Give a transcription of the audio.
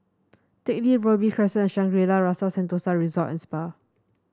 Teck Lee Robey Crescent and Shangri La's Rasa Sentosa Resort and Spa